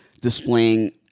displaying